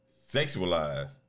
sexualized